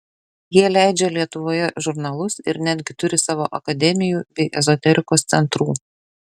jie leidžia lietuvoje žurnalus ir netgi turi savo akademijų bei ezoterikos centrų